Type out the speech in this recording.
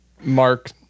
mark